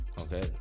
Okay